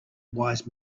wise